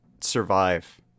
survive